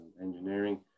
engineering